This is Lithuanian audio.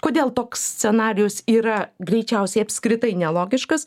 kodėl toks scenarijus yra greičiausiai apskritai nelogiškas